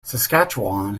saskatchewan